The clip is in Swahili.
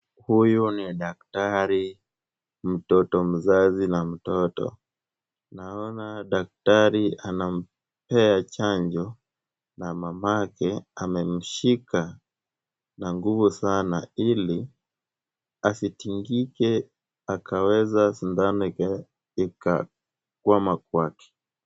Huyu ni daktari, mtoto mzazi na mtoto. Naona dakika anampea chanjo na mamake amemshika na nguvu sana ili asitingike akaweza, sindano ikaweza kukwama kwake.